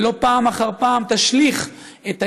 ולא פעם אחר פעם תשליך את האיסורים,